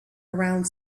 around